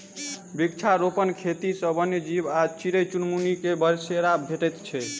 वृक्षारोपण खेती सॅ वन्य जीव आ चिड़ै चुनमुनी के बसेरा भेटैत छै